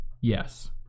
Yes